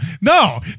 no